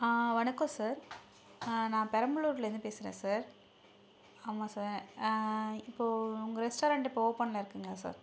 வணக்கம் சார் நான் பெரம்பலூர்லேருந்து பேசுகிறேன் சார் ஆமாம் சார் இப்போது உங்கள் ரெஸ்டாரண்ட் இப்போது ஓப்பனில் இருக்குங்களா சார்